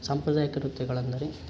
ಸಾಂಪ್ರದಾಯಿಕ ನೃತ್ಯಗಳಂದರೆ